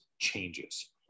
changes